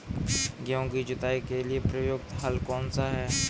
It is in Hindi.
गेहूँ की जुताई के लिए प्रयुक्त हल कौनसा है?